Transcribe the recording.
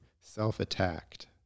self-attacked